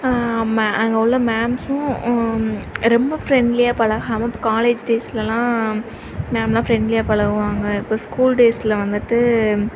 அங்கே உள்ள மேம்ஸும் ரொம்ப ஃபிரண்ட்லியாக பழகாமல் காலேஜ் டேஸ்லலாம் மேம்லாம் ஃபிண்ட்லியாக பழகுவாங்க இப்போ ஸ்கூல் டேஸில் வந்துவிட்டு